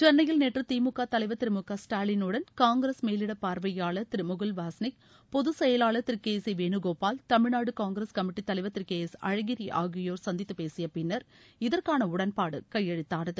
சென்னையில் நேற்று திமுக தலைவர் திரு மு க ஸ்டாலின் உடன் காங்கிரஸ் மேலிட பார்வையாளர் திரு முகுல் வாஸ்னிக் பொதுச்செயலாளர் திரு கே சி வேணுகோபால் தமிழ்நாடு காங்கிரஸ் கமிட்டித்தலைவர் திரு கே எஸ் அழகிரி ஆகியோா் சந்தித்து பேசிய பின்னா் இதற்கான உடன்பாடு கையெழுத்தானது